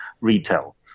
retail